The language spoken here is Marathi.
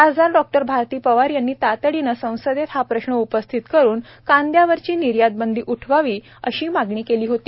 खासदार डॉ भारती पवार यांनी तातडीनं संसदेत हा प्रश्न उपस्थित करुन कांद्यावरची निर्यातबंदी उठवावी अशी मागणी केली होती